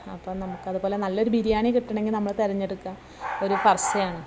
അപ്പം നമുക്കതുപോലെ നല്ലൊരു ബിരിയാണി കിട്ടണമെങ്കിൽ നമ്മൾ തിരഞ്ഞെടുക്കുക ഒരു ഫർസയാണ്